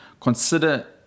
Consider